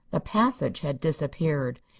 the passage had disappeared.